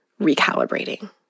recalibrating